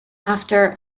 after